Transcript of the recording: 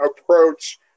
approach